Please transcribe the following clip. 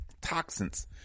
toxins